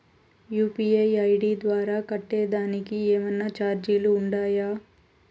UPI ID ద్వారా కట్టేదానికి ఏమన్నా చార్జీలు ఉండాయా?